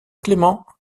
clément